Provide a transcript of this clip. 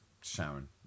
Sharon